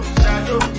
shadow